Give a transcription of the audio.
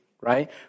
right